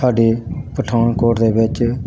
ਸਾਡੇ ਪਠਾਨਕੋਟ ਦੇ ਵਿੱਚ